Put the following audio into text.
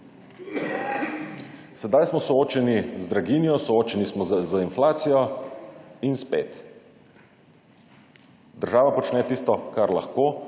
Sedaj smo soočeni z draginjo, soočeni smo z inflacijo in spet država počne tisto, kar lahko,